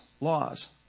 laws